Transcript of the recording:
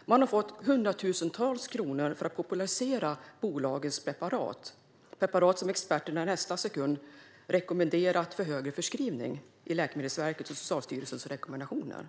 Experterna har fått hundratusentals kronor för att popularisera bolagens preparat, preparat som experterna i nästa sekund rekommenderat för högre förskrivning i Läkemedelsverkets och Socialstyrelsens rekommendationer.